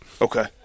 Okay